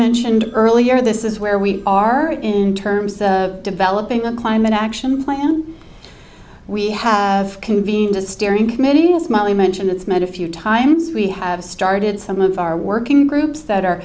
mentioned earlier this is where we are in terms of developing a climate action plan we have convened a steering committee a smiley mention it's met a few times we have started some of our working groups